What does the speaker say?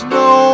no